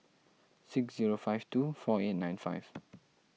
six zero five two four eight nine five